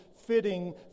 fitting